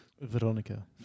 Veronica